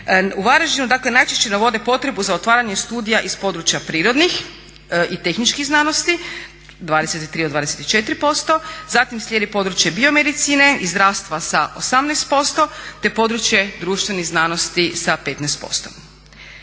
u Varaždinu najčešće navode potrebu za otvaranje studija iz područja prirodnih i tehničkih znanosti 23 do 24%, zatim slijedi područje biomedicine i zdravstva sa 18%, te područje društvenih znanosti sa 15%.